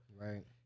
Right